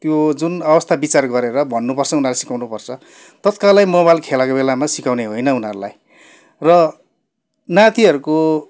त्यो जुन अवस्था विचार गरेर भन्नु पर्छ उनीहरूलाई सिकाउनु पर्छ तत्कालै मोबाइल खेलाएको बेलामा सिकाउने होइन उनीहरूलाई र नातिहरूको